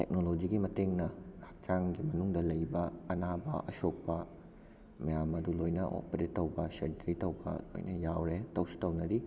ꯇꯦꯛꯅꯣꯂꯣꯖꯤꯒꯤ ꯃꯇꯦꯡꯅ ꯍꯛꯆꯥꯡꯒꯤ ꯃꯅꯨꯡꯗ ꯂꯩꯕ ꯑꯅꯥꯕ ꯑꯁꯣꯛꯄ ꯃꯌꯥꯝ ꯑꯗꯨ ꯂꯣꯏꯅ ꯑꯣꯄꯔꯦꯠ ꯇꯧꯕ ꯁꯔꯖꯔꯤ ꯇꯧꯕ ꯂꯣꯏꯅ ꯌꯥꯎꯔꯦ ꯇꯧꯁꯨ ꯇꯧꯅꯔꯤ